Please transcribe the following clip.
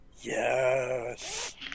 Yes